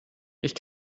ich